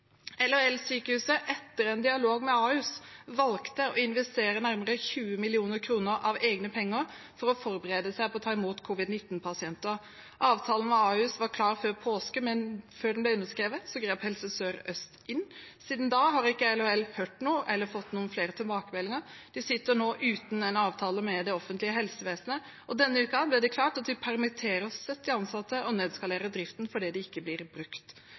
etter en dialog med Ahus – valgte å investere nærmere 20 mill. kr av egne midler for å forberede seg på å ta imot covid-19-pasienter. Avtalen med Ahus var klar før påske, men før den ble underskrevet, grep Helse Sør-Øst inn. Siden da har ikke LHL hørt noe eller fått noen flere tilbakemeldinger. De sitter nå uten en avtale med det offentlige helsevesenet, og denne uken ble det klart at de permitterer 70 ansatte og nedskalerer driften fordi de ikke blir brukt.